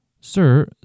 Sir